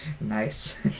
nice